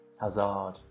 Hazard